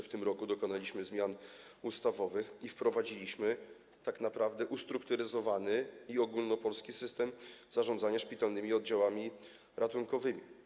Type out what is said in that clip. W tym roku dokonaliśmy zmian ustawowych i wprowadziliśmy tak naprawdę ustrukturyzowany i ogólnopolski system zarządzania szpitalnymi oddziałami ratunkowymi.